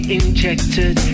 injected